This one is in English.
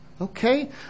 Okay